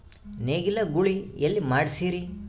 ನೇಗಿಲ ಗೂಳಿ ಎಲ್ಲಿ ಮಾಡಸೀರಿ?